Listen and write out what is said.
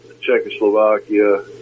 Czechoslovakia